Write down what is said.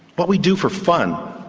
what we do for fun,